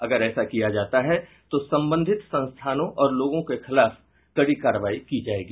अगर ऐसा किया जाता है तो संबंधित संस्थानों और लोगों के खिलाफ कड़ी कार्रवाई की जायेगी